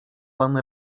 pan